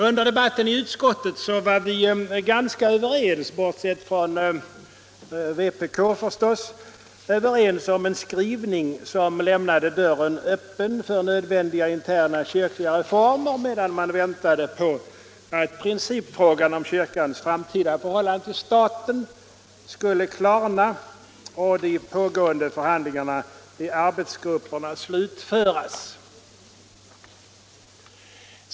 Under debatten i utskottet var vi ganska överens, bortsett från vpk förstås, om en skrivning som lämnade dörren öppen för nödvändiga interna kyrkliga reformer medan man väntade på att principfrågan om kyrkans framtida förhållande till staten skulle klarna och de pågående förhandlingarna i arbetsgrupperna slutföras.